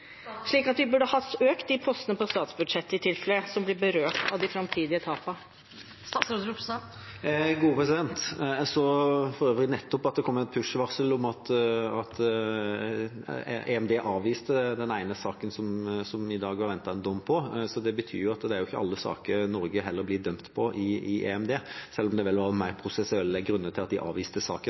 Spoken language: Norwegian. slik at vi i tilfelle burde ha økt de postene på statsbudsjettet som blir berørt av de framtidige tapene? Jeg så for øvrig nettopp at det kom et pushvarsel om at EMD avviste den ene saken det i dag var ventet en dom på, så det betyr at det ikke er alle saker Norge blir dømt på i EMD, selv om det vel var mer prosessuelle grunner til at de avviste saken.